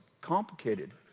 complicated